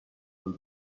will